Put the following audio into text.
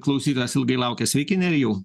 klausytojas ilgai laukęs sveiki nerijau